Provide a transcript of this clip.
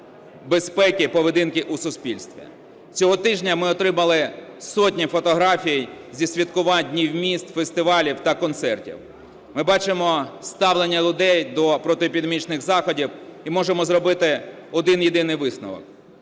безпеки поведінки у суспільстві. Цього тижня ми отримали сотні фотографій зі святкувань днів міст, фестивалів та концертів. Ми бачимо ставлення людей до протиепідеміологічних заходів і можемо зробити один-єдиний висновок: